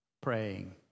Praying